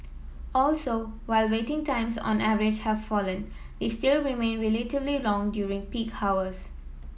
also while waiting times on average have fallen they still remain relatively long during peak hours